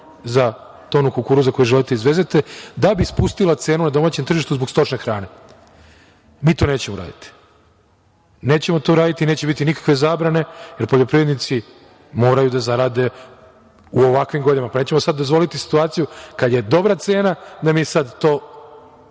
za tonu kukuruza koji želite da izvezete, da bi spustila cenu na domaćem tržištu zbog stočne hrane. Mi to nećemo uraditi. Nećemo to uraditi, neće biti nikakve zabrane, jer poljoprivrednici moraju da zarade u ovakvim godinama. Nećemo sada dozvoliti situaciju kada je dobra cena da mi sada to